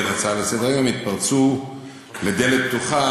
הצעה לסדר-היום התפרצו לדלת פתוחה,